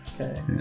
Okay